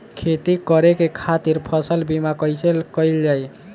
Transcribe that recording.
खेती करे के खातीर फसल बीमा कईसे कइल जाए?